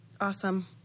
Awesome